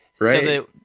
Right